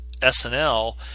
SNL